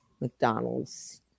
McDonald's